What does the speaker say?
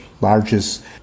largest